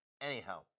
anyhow